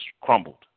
crumbled